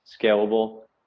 scalable